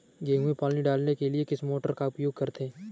गेहूँ में पानी डालने के लिए किस मोटर का उपयोग करें?